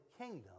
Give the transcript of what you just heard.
kingdom